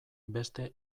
beste